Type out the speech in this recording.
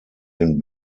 den